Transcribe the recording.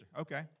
Okay